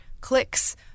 clicks